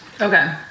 Okay